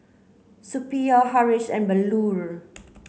Suppiah Haresh and Bellur